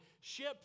ship